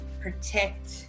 protect